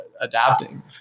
adapting